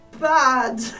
bad